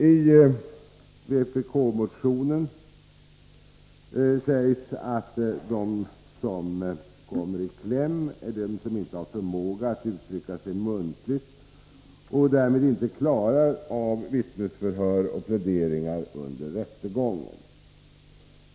I vpk-motionen sägs att de som kommer i kläm är de som inte har förmåga att uttrycka sig muntligt och därmed inte klarar av vittnesförhör och pläderingar under rättegången.